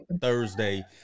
thursday